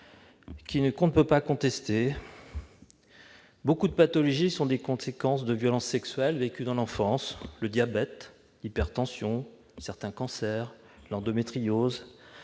où il est écrit que beaucoup de pathologies sont les conséquences de violences sexuelles vécues dans l'enfance : le diabète, l'hypertension, certains cancers, l'endométriose